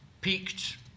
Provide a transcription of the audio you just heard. peaked